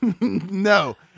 No